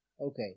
Okay